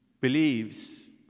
believes